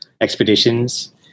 expeditions